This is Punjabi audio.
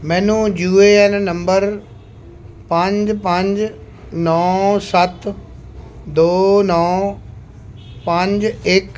ਮੈਨੂੰ ਯੂ ਏ ਐੱਨ ਨੰਬਰ ਪੰਜ ਪੰਜ ਨੌ ਸੱਤ ਦੋ ਨੌ ਪੰਜ ਇੱਕ